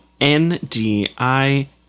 N-D-I